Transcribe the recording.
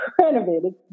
renovated